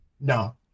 No